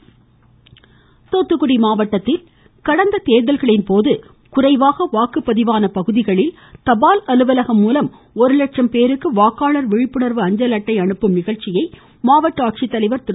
தேர்தல் துாக்குமுடி தூத்துகுடி மாவட்டத்தில் கடந்த தேர்தல்களின்போது குறைவாக வாக்குப் பதிவான பகுதிகளில் தபால் அலுவலகம் மூலம் ஒரு லட்சம் பேருக்கு வாக்காளர் விழிப்புணர்வு அஞ்சல் அட்டை அனுப்பும் நிகழ்ச்சியை மாவட்ட ஆட்சித்தலைவர் திரு